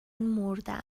مردم